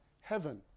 heaven